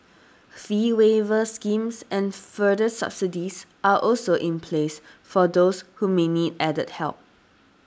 fee waiver schemes and further subsidies are also in place for those who may need added help